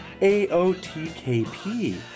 aotkp